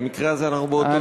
במקרה הזה אנחנו באותו צד.